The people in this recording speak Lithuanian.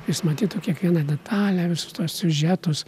jis matytų kiekvieną detalę visus tuos siužetus